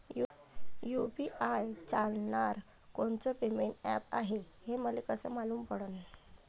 UPI चालणारं कोनचं payment app हाय, हे मले कस मालूम पडन?